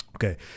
Okay